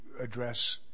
address